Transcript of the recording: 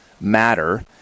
matter